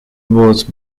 was